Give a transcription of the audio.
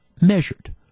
measured